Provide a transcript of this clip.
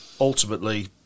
ultimately